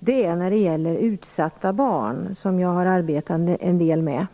den här frågan är utsatta barn, som jag har arbetat en del med.